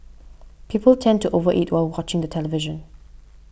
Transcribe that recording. people tend to over eat while watching the television